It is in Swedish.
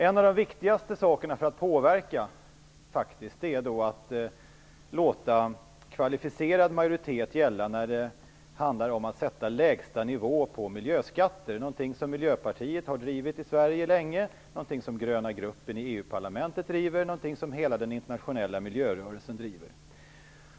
En av de viktigaste sakerna för att påverka är att låta kvalificerad majoritet gälla när det handlar om att sätta lägsta nivå på miljöskatter, någonting som Miljöpartiet i Sverige har drivit, något som den gröna gruppen i Europaparlamentet och hela den internationella miljörörelsen driver.